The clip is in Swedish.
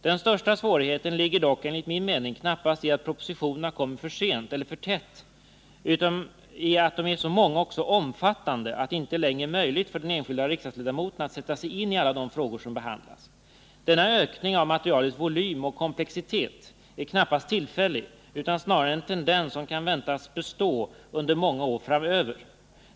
Den största svårigheten ligger dock enligt min mening knappast i att propositionerna kommer för sent eller för tätt utan i att de är så många och så omfattande att det inte längre är möjligt för den enskilde riksdagsledamoten att sätta sig in i alla de frågor som behandlas. Denna ökning av materialets volym och komplexitet är knappast tillfällig utan snarare en tendens som kan väntas bestå under många år framöver.